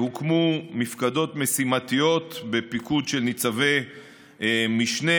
הוקמו מפקדות משימתיות בפיקוד של ניצבי משנה